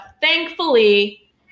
thankfully